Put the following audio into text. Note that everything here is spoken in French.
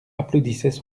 applaudissaient